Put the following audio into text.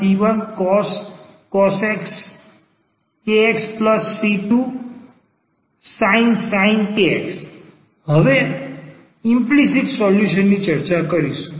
yc1cos kx c2sin kx અને હવે implicit solution ની ચર્ચા કરીશું